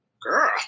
Girl